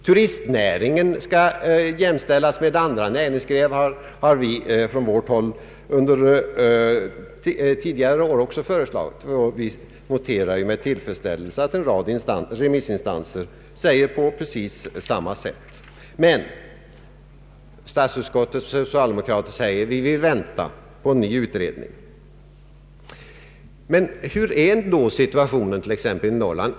Turistnäringen skall jämställas med andra näringsgrenar, har vi inom vårt parti tidigare också föreslagit, och vi noterar med tillfredsställelse att en rad remissinstanser är av samma mening. Men statsutskottets socialdemokrater säger: Vi vill vänta på en ny utredning. Men hur är då situationen t.ex. i Norrland?